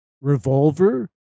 revolver